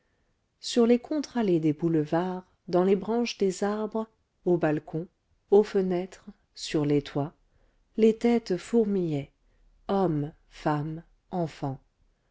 sur les contre-allées des boulevards dans les branches des arbres aux balcons aux fenêtres sur les toits les têtes fourmillaient hommes femmes enfants